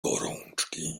gorączki